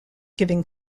giving